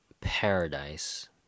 paradise